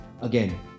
Again